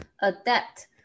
adapt